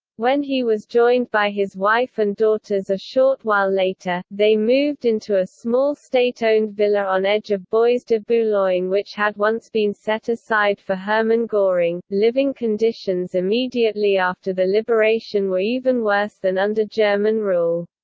when he was joined by his wife and daughters a short while later, they moved into a small state-owned villa on edge of bois de boulogne which had once been set aside for hermann goring living conditions immediately after the liberation were even worse than under german rule.